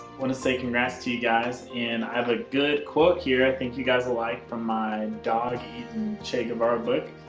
wanna say congrats to you guys. and i have a good quote here i think you guys will like from my dog-eaten che guevara book.